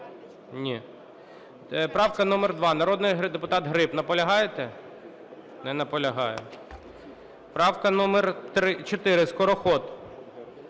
Ні. Правка номер 2, народний депутат Гриб. Наполягаєте? Не наполягає. Правка номер 4, Скороход.